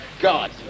God